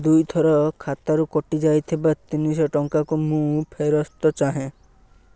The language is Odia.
ଦୁଇଥର ଖାତାରୁ କଟିଯାଇଥିବା ତିନିଶହ ଟଙ୍କାକୁ ମୁଁ ଫେରସ୍ତ ଚାହେଁ